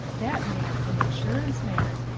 that man an insurance man,